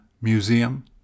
Museum